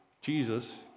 Jesus